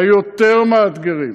היותר-מאתגרים,